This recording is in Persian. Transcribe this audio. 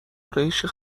ارایشی